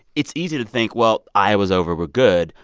it's easy to think, well, iowa's over. we're good.